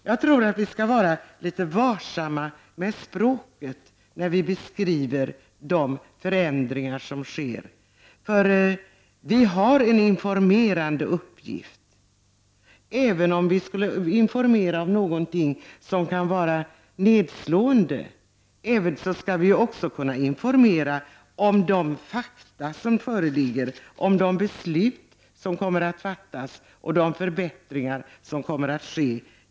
Jag tror att vi skall vara litet varsamma med språket när vi beskriver de förändringar som sker. Vi har en informerande uppgift. Även om vi skall informera om någonting som kan vara nedslående skall vi kunna informera om de fakta som föreligger, om de beslut som kommer att fattas och om de förbättringar som kommer att ske.